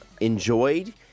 enjoyed